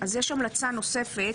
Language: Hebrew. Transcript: יש המלצה נוספת.